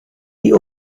die